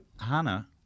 Hannah